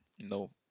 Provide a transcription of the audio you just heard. no